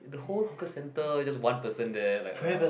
the whole hawker centre just one person there like err